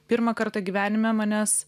pirmą kartą gyvenime manęs